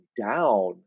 down